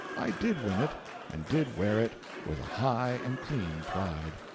i did win it and did wear it with a high and clean pride.